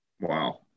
Wow